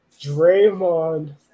Draymond